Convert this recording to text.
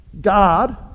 God